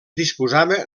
disposava